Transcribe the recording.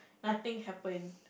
nothing happened